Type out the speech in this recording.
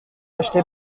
acheté